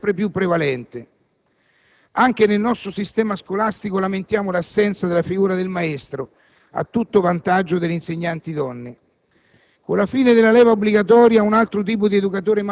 La figura del «padre *bancomat*» risulta sempre più prevalente e anche il nostro sistema scolastico lamenta l'assenza della figura del maestro, a tutto vantaggio delle insegnanti donne.